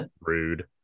rude